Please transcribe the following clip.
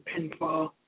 pinfall